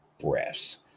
breaths